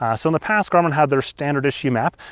ah so in the past garmin had their standard issue map,